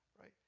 Right